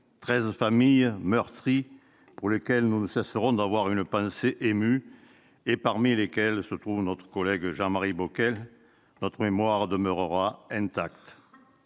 familles meurtries, pour lesquelles nous ne cesserons d'avoir une pensée émue et parmi lesquelles se trouve celle de notre collègue Jean-Marie Bockel. Notre mémoire demeurera intacte.